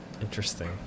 interesting